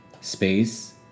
space